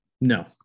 No